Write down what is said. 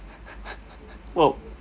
!wow!